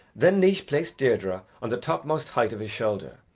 then naois placed deirdre on the topmost height of his shoulder,